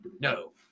No